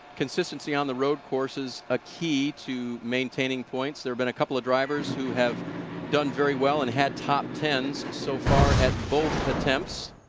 consistency on the road courses a key to maintaining points. there have been a couple of drivers who have done very well and had top tens so far at both attempts.